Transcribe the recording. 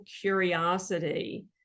curiosity